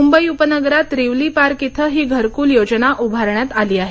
मुंबई उपनगरात रिवली पार्क इथं ही घरकूल योजना उभारण्यात आली आहे